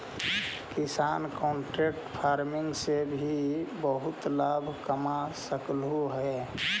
किसान contract farming से भी बहुत लाभ कमा सकलहुं हे